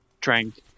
drank